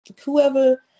whoever